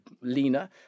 leaner